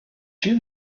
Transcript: you